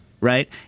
right